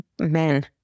Men